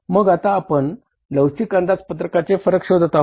मग आता आपण लवचिक अंदाजपत्रकाचे फरक शोधत आहोत